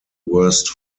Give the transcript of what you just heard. worst